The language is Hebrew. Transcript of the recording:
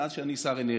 מאז שאני שר אנרגיה,